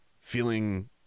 feeling